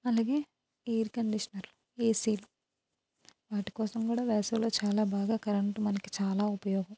అలాగే ఎయిర్ కండిషనర్లు ఏసీలు వాటి కోసం కూడా వేసవిలో చాలా బాగా కరెంటు మనకి చాలా ఉపయోగం